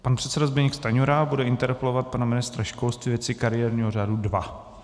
Pan předseda Zbyněk Stanjura bude interpelovat pana ministra školství ve věci kariérního řádu 2.